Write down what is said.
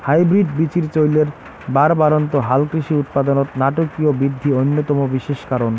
hybrid বীচির চইলের বাড়বাড়ন্ত হালকৃষি উৎপাদনত নাটকীয় বিদ্ধি অইন্যতম বিশেষ কারণ